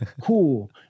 cool